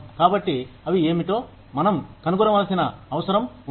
కాబట్టి అవి ఏమిటో మనం కనుగొనవలసిన అవసరం ఉంది